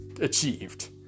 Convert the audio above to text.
achieved